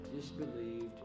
disbelieved